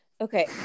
Okay